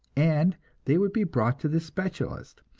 and they would be brought to this specialist,